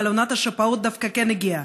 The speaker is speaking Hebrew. אבל עונת השפעות דווקא כן הגיעה,